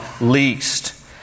least